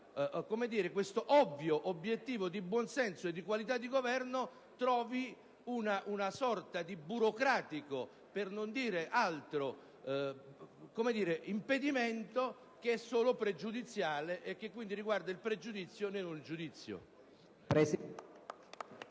questo ovvio obiettivo di buonsenso e di qualità di governo trovi una sorta di burocratico - per non dire altro! - impedimento, che è solo pregiudiziale, e che riguarda quindi il pregiudizio e non il giudizio.